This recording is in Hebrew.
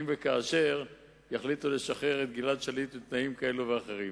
אם וכאשר יחליטו לשחרר את גלעד שליט בתנאים כאלה ואחרים.